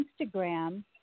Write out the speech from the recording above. Instagram